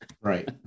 Right